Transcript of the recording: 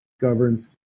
governs